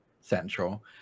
Central